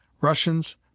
Russians